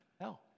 hell